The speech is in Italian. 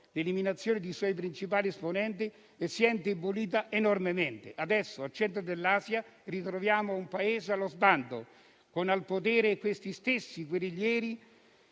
l'eliminazione dei suoi principali esponenti e si è indebolita enormemente. Adesso al centro dell'Asia ritroviamo un Paese allo sbando, con al potere quegli stessi guerriglieri